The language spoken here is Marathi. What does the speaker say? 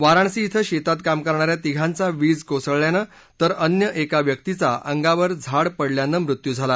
वाराणसी डे शेतात काम करणा या तिघांचा वीज कोसळल्यानं तर अन्य एका व्यक्तीचा अंगावर झाड पडल्यानं मृत्यू झाला